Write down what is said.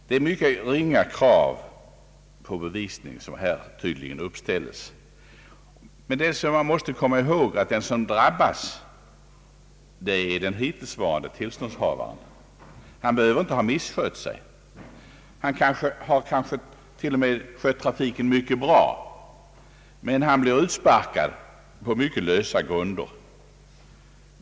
Det är ett blygsamt krav på bevisning som här tydligen uppställes. Man måste komma ihåg att den som drabbas är den hittillsvarande tillståndshavaren. Han behöver inte ha misskött sig. Han har kanske till och med skött trafiken mycket bra men han blir i alla fall utsparkad på mycket lösa grunder.